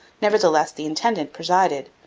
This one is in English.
nevertheless the intendant presided,